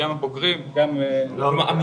חשוב לציין שכל מה שמציגים פה זה שיעור בהיסטוריה.